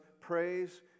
praise